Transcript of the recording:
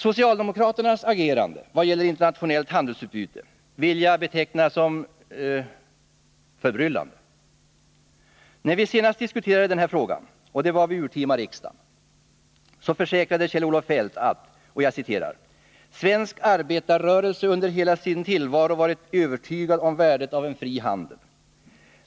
Socialdemokraternas agerande vad gäller internationellt handelsutbyte vill jag beteckna som förbryllande. När vi senast diskuterade denna fråga — det var vid det urtima riksmötet — försäkrade Kjell-Olof Feldt att svensk arbetarrörelse ”under hela sin tillvaro varit övertygad om värdet av en fri handel.